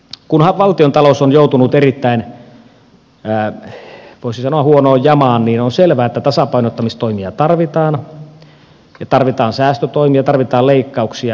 kun valtion talous on joutunut erittäin voisin sanoa huonoon jamaan niin on selvää että tasapainottamistoimia tarvitaan tarvitaan säästötoimia tarvitaan leikkauksia